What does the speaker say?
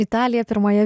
italija pirmoje